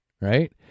Right